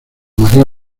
maría